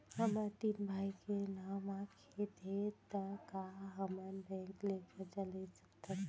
हमर तीन भाई के नाव म खेत हे त का हमन बैंक ले करजा ले सकथन?